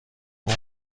اون